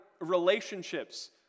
Relationships